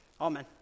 Amen